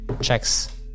checks